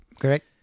correct